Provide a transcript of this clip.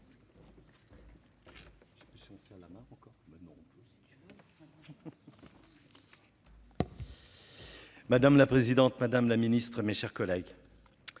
Madame la présidente, Madame la Ministre, mes chers collègues,